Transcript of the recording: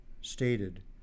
stated